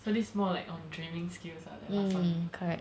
so this more like on dreaming skills lah like last one